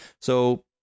So-